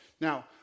now